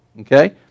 Okay